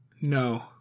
No